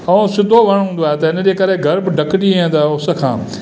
ऐं सिधो वणु हूंदो आहे त इन जे करे घर बि ढकिजी वेंदो आहे उस खां